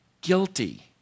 guilty